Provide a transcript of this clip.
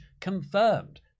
confirmed